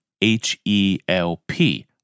H-E-L-P